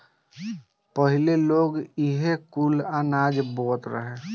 पहिले लोग इहे कुल अनाज बोअत रहे